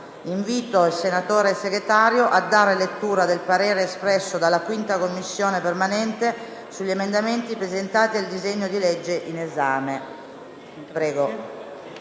Invito il senatore Segretario a dare lettura del parere espresso dalla 5aCommissione permanente sugli emendamenti presentati al provvedimento in esame.